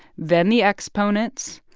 then the exponents,